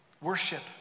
Worship